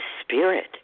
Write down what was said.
spirit